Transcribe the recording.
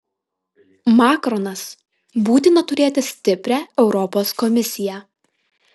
makronas būtina turėti stiprią europos komisiją